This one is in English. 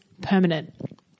permanent